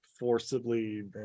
forcibly